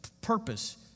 purpose